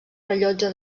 rellotge